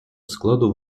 складу